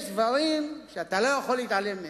יש דברים שאתה לא יכול להתעלם מהם.